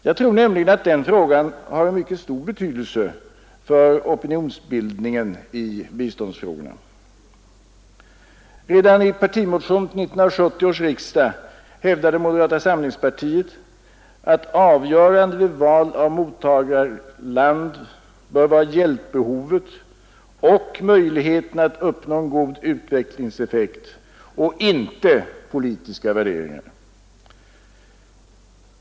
Jag tror nämligen att den frågan har mycket stor betydelse för opinionsbild ningen i biståndsfrågan. Redan i en partimotion till 1970 års riksdag hävdade moderata samlingspartiet att avgörande vid val av mottagarland bör vara hjälpbehovet och möjligheten att uppnå god utvecklingseffekt och inte politiska värderingar.